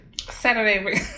Saturday